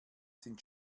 sind